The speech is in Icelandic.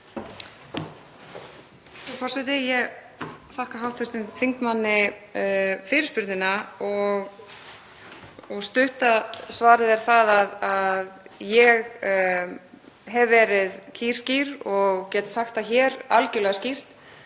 Frú forseti. Ég þakka hv. þingmanni fyrirspurnina. Stutta svarið er að ég hef verið kýrskýr og get sagt það hér algjörlega skýrt